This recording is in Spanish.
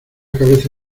cabeza